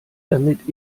damit